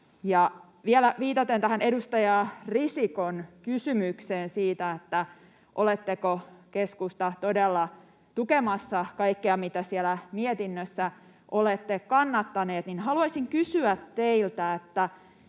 Vielä viitaten tähän edustaja Risikon kysymykseen siitä, oletteko, keskusta, todella tukemassa kaikkea, mitä siellä mietinnössä olette kannattaneet, haluaisin kysyä teiltä: